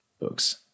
books